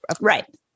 Right